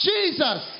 Jesus